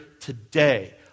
today